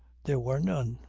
there were none.